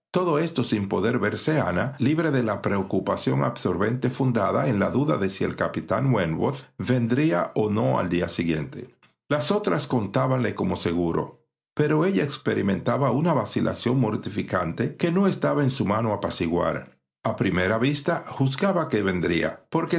todo esto sin poder verse ana libre de la preocupación absorbente fundada en la duda de si el capitán wentworth vendría o no al día siguiente las otras contábanle como seguro pero ella experimentaba una vacilación mortificante que no estaba en su mano apaciguar a primera vista juzgaba que